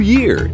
Year